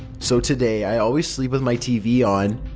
so today i always sleep with my tv on.